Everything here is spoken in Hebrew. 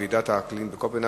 אין מתנגדים ואין נמנעים.